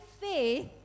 faith